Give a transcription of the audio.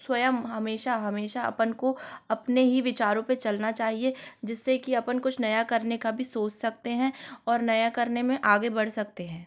स्वयं हमेशा हमेशा अपन को अपने ही विचारों पर चलना चाहिए जिससे कि अपन कुछ नया करने का भी सोच सकते हैं और नया करने में आगे बढ़ सकते हैं